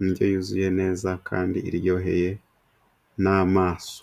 indyo yuzuye neza kandi iryoheye n'amaso.